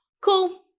Cool